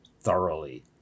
thoroughly